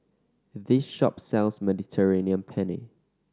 this shop sells Mediterranean Penne